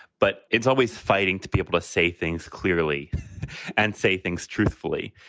but it's always fighting to people to say things clearly and say things truthfully.